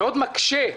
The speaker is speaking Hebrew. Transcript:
מאוד מקשה.